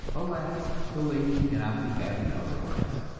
alas, the ladies cannot be happy otherwise.